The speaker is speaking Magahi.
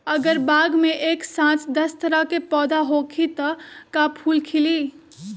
अगर बाग मे एक साथ दस तरह के पौधा होखि त का फुल खिली?